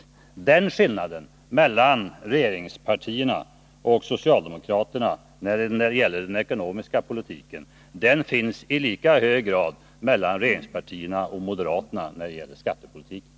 Den skillnaden är lika tydlig mellan regeringspartierna och moderaterna när det gäller skattepolitiken.